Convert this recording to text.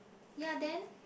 ya then